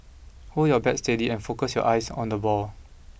hold your bat steady and focus your eyes on the ball